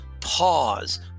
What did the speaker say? Pause